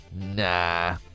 nah